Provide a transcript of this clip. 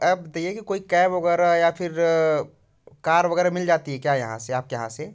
आप बताइए कि कोई कैब वगैरह या फिर कार वगैरह मिल जाती है क्या यहाँ से आपके यहाँ से